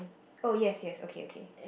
oh yes yes okay okay